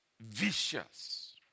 vicious